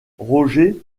roger